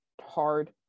hard